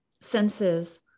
senses